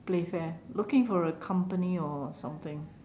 Playfair looking for a company or something